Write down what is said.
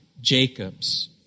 Jacob's